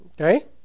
Okay